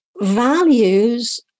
values